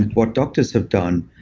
what doctors have done